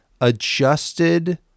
adjusted